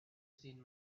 seen